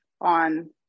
on